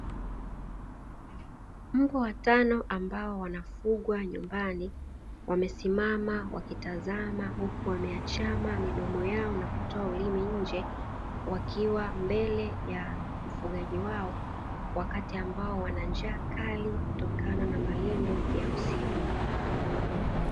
Mbwa watano ambao wanafugwa nyumbani, wamesimama wakitazama huku wameachama midomo yao na kutoa ulimi nje, wakiwa mbele ya wafugaji wao wakati ambao wana njaa kali kutokana na malindo ya usiku.